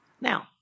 now